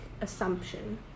assumption